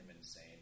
insane